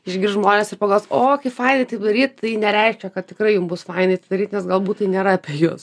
išgirs žmonės ir pagalvos kaip fainai taip daryti tai nereiškia kad tikrai jum bus fanai tai daryt nes galbūt nėra apie jus